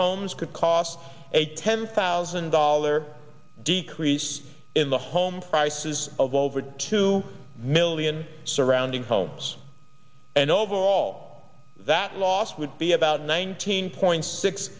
homes could cost a ten thousand dollar decrease in the home prices of over two million surrounding homes and overall that loss would be about nineteen point six